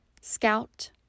Scout